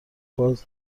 باز